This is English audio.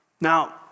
Now